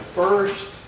first